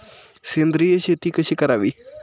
सेंद्रिय शेती कशी करावी?